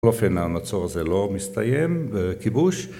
בכל אופן המצור הזה לא מסתיים... בכיבוש,